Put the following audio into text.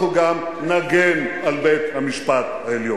אנחנו גם נגן על בית-המשפט העליון.